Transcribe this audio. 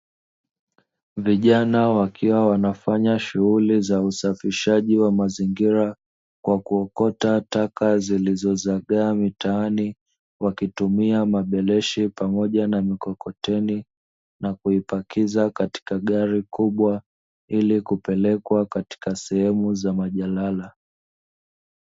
Vijana wakiwa wanafanya shuhuli za usafishaji wa mazingira, kwa kuokota taka zilizozagaa mitaani, wakitumia mabaleshi pamoja na mikokoteni, na kuipakiza katika gari kubwa ili kupelekwa katika sehemu za majalala.